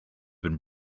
been